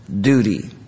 duty